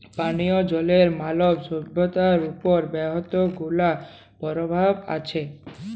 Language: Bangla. পানীয় জলের মালব সইভ্যতার উপর বহুত গুলা পরভাব আছে